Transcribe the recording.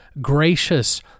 gracious